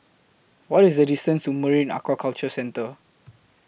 What IS The distance to Marine Aquaculture Centre